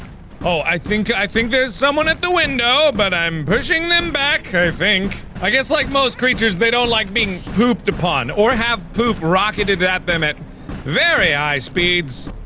oh i think i think there's someone at the window, but i'm pushing them back i think. i guess like most creatures they don't like being pooped upon or have poop rocketed at them at very high speeds.